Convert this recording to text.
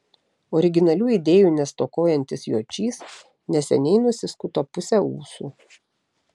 originalių idėjų nestokojantis jočys neseniai nusiskuto pusę ūsų